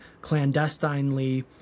clandestinely